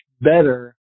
better